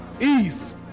Ease